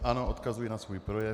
Ano, odkazuji na svůj projev.